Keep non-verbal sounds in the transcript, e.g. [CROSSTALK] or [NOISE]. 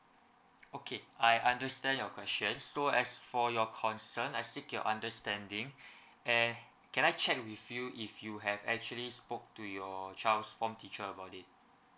okay I understand your question so as for your concern I seek your understanding [BREATH] eh can I check with you if you have actually spoke to your child's form teacher about it